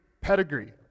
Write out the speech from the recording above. pedigree